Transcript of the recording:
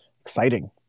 exciting